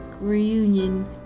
reunion